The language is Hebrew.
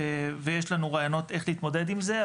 ויש לנו רעיונות איך להתמודד עם זה,